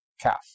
calf